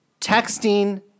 texting